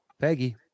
peggy